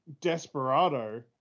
Desperado